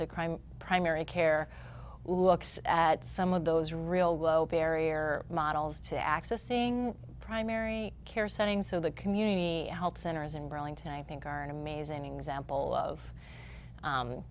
crime primary care looks at some of those real low barrier models to accessing primary care settings so the community health centers in burlington i think are an amazing example of